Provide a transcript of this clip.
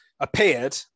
Appeared